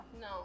no